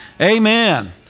Amen